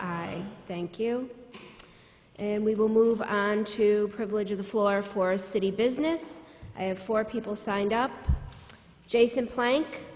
i thank you and we will move on to privilege of the floor for city business and for people signed up jason plank